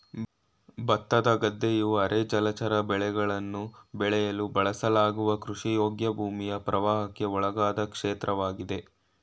ಭತ್ತದ ಗದ್ದೆಯು ಅರೆ ಜಲಚರ ಬೆಳೆಗಳನ್ನು ಬೆಳೆಯಲು ಬಳಸಲಾಗುವ ಕೃಷಿಯೋಗ್ಯ ಭೂಮಿಯ ಪ್ರವಾಹಕ್ಕೆ ಒಳಗಾದ ಕ್ಷೇತ್ರವಾಗಿದೆ